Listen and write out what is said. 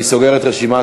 אני סוגר את רשימת